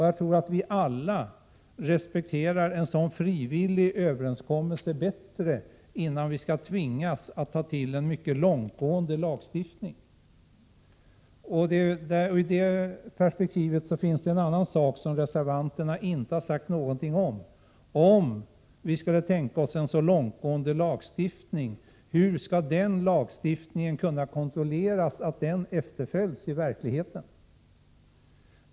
Jag tror att vi alla respekterar en frivillig överenskommelse bättre än om vi skulle tvingas ta till en mycket långtgående lagstiftning. I det sammanhanget finns det en annan sak som reservanterna inte har sagt någonting om. Om vi skulle tänka oss en så långtgående lagstiftning som ni vill ha, hur skall efterlevnaden kunna kontrolleras?